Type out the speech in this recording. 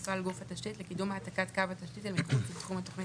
יפעל גוף התשתית לקידום העתקת קו התשתית אל מחוץ לתחום התוכנית